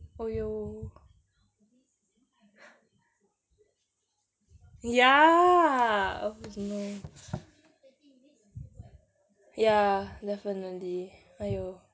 oh yo ya I don't know ya definitely !aiyo!